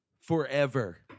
Forever